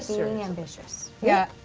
so being ambitious. yeah,